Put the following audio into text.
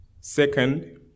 Second